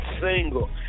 single